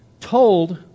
told